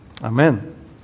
Amen